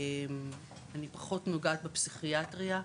אני פחות נוגעת בפסיכיאטריה.